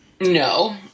No